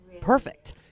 perfect